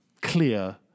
clear